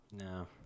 No